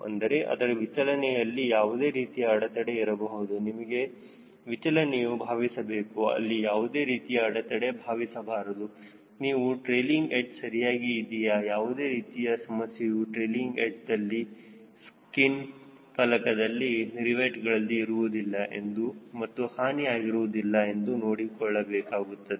ಅಂದರೆ ಅದರ ವಿಚಲನೆಯಲ್ಲಿ ಯಾವುದೇ ರೀತಿಯ ಅಡೆತಡೆ ಇರಬಾರದು ನಿಮಗೆ ವಿಚಲನೆಯು ಭಾವಿಸಬೇಕು ಅಲ್ಲಿ ಯಾವುದೇ ರೀತಿಯ ಅಡೆತಡೆ ಭಾವಿಸಬಾರದುನೀವು ಟ್ರೈಲಿಂಗ್ ಎಡ್ಚ್ ಸರಿಯಾಗಿ ಇದೆಯಾ ಯಾವುದೇ ರೀತಿಯ ಸಮಸ್ಯೆಯು ಟ್ರೈಲಿಂಗ್ ಎಡ್ಚ್ದಲ್ಲಿ ಸ್ಕಿನ್ ಫಲಕದಲ್ಲಿ ರಿವೆಟ್ಗಳಲ್ಲಿ ಇರುವುದಿಲ್ಲ ಎಂದು ಮತ್ತು ಹಾನಿ ಆಗಿರುವುದಿಲ್ಲ ಎಂದುನೋಡಬೇಕಾಗುತ್ತದೆ